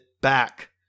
back